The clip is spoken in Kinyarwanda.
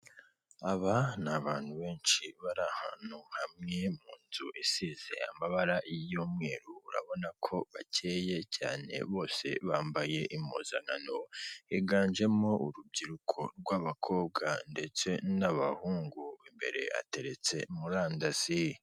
Aba ni abantu benshi bari ahantu hamwe mu nzu isize amabara y'umweru urabona ko bakeye cyane bose bambaye impuzankano, Biganjemo urubyiruko rw'abakobwa, ndetse n'abahungu. Imbere ateretse murandasi.